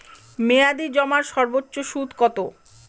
মেয়াদি জমার সর্বোচ্চ সুদ কতো?